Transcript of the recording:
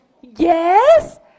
Yes